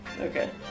Okay